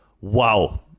wow